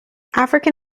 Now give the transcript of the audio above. african